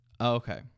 Okay